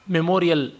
Memorial